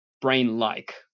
brain-like